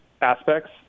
aspects